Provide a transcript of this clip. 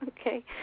Okay